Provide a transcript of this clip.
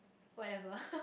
whatever